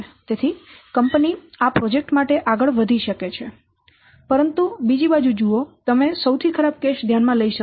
તેથી કંપની આ પ્રોજેક્ટ માટે આગળ વધી શકે છે પરંતુ કૃપા કરીને બીજી બાજુ જુઓ તમે સૌથી ખરાબ કેસ ધ્યાનમાં લઈ શકો છો